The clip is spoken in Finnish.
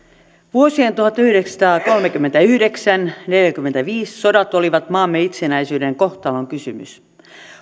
vuosien tuhatyhdeksänsataakolmekymmentäyhdeksän viiva neljäkymmentäviisi sodat olivat maamme itsenäisyyden kohtalonkysymys